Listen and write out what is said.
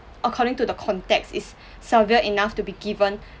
according to the context is severe enough to be given